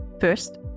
First